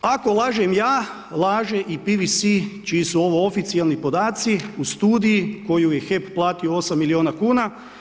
Ako lažem ja laže i PVC čiji su ovo oficijelni podaci, studiji koju je HEP platio 8 milijuna kuna.